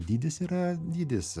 dydis yra dydis